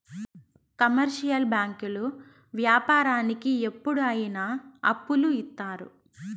commercial బ్యాంకులు వ్యాపారానికి ఎప్పుడు అయిన అప్పులు ఇత్తారు